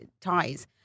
ties